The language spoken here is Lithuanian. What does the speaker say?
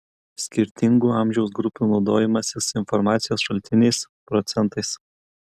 skirtingų amžiaus grupių naudojimasis informacijos šaltiniais procentais